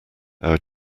our